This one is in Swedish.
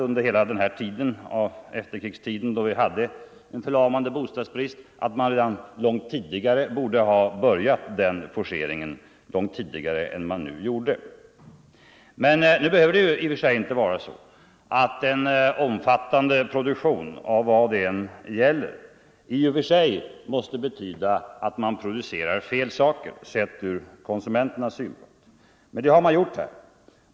Under hela efterkrigstiden då vi hade en förlamande bostadsbrist sade vi från folkpartiet att man borde ha börjat den forceringen långt tidigare än man nu gjorde. Nu behöver inte i och för sig en omfattande produktion betyda att man producerar fel saker sett ur konsumenternas synpunkt. Men det har man gjort här.